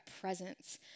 presence